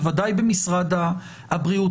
בוודאי במשרד הבריאות.